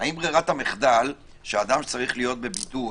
- האם ברירת המחדל, שאדם שצריך להיות בבידוד,